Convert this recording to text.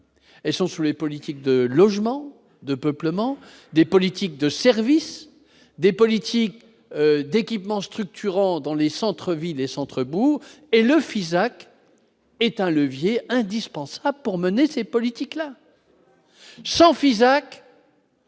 bâti et sur les politiques de logement de peuplement des politiques de service des politiques d'équipements structurants dans les centres-villes et centre bourg et le Fisac est un levier indispensable pour mener ces politiques-là sans Fisac,